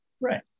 Right